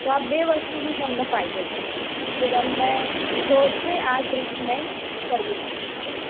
તો આ બે વસ્તુથી તમને ફાયદો થશે તો તમને રોજ આ ટ્રીટમેન્ટ કરવી પડશે